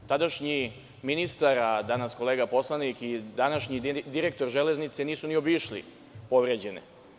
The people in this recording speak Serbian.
Tadašnji ministar, a danas kolega poslanik, i današnji direktor Železnice nisu ni obišli povređene.